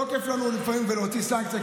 לא כיף לנו לפעמים להוציא סנקציה,